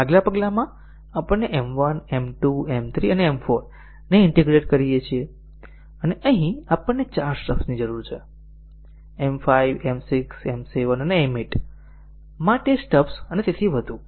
આગલા પગલામાં આપણે M 1 M 2 M 3 અને M 4 ને ઈન્ટીગ્રેટ કરીએ છીએ અને અહીં આપણે ચાર સ્ટબ્સની જરૂર છે M 5 M 6 M 7 અને M 8 માટે સ્ટબ્સ અને તેથી વધુ